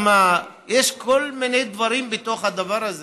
יש לו אדמה, יש כל מיני דברים בתוך הדבר הזה.